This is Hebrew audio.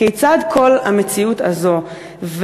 כיצד כל המציאות הזאת,